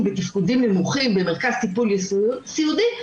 בתפקודים נמוכים במרכז טיפול סיעודי,